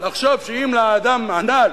לחשוב שאם לאדם הנ"ל